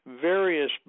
various